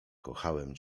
kochałem